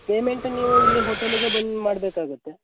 payment ನೀವು ಇಲ್ಲಿ ಹೋಟೆಲಿಗೇ ಬಂದು ಮಾಡ್ಬೇಕಾಗುತ್ತೆ